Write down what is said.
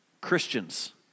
Christians